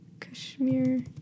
Kashmir